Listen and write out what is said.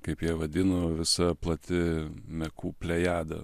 kaip jie vadino visa plati mekų plejada